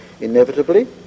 inevitably